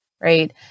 right